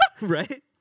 right